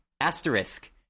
Asterisk